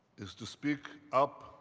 is to speak up